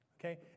Okay